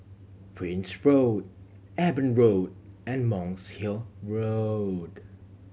Prince Road Eben Road and Monk's Hill Road